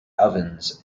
ovens